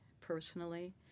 personally